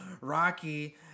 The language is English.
Rocky